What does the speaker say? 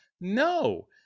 no